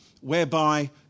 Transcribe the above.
whereby